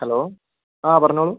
hello ആ പറഞ്ഞോളൂ